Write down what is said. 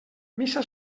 missa